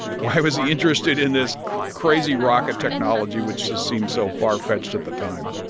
why was he interested in this crazy rocket technology, which just seemed so far-fetched at the time?